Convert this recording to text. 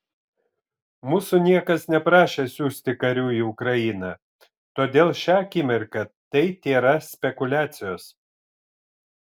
mūsų niekas neprašė siųsti karių į ukrainą todėl šią akimirką tai tėra spekuliacijos